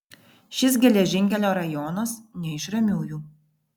šis geležinkelio rajonas ne iš ramiųjų